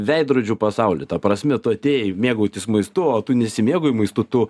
veidrodžių pasauly ta prasme tu atėjai mėgautis maistu o tu nesimėgauji maistu tu